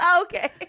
Okay